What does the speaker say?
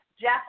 jeff